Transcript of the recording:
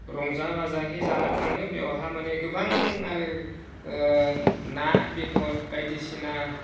रंजा बाजाहै जाना थाङो बेवहा माने गोबां आरो ना बेदर बायदिसिना